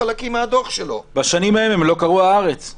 אז אולי היינו מקיימים דיון אמיתי לראות מה באמת צריך כדי שהארגון הזה,